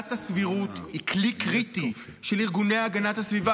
עילת הסבירות היא כלי קריטי של ארגוני הגנת הסביבה